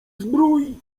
zbroi